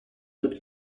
toute